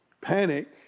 Panic